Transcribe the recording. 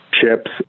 Chips